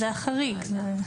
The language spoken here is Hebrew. זה החריג.